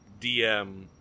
DM